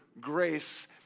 Grace